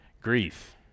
Grief